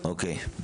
אוקיי.